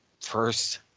first